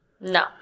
No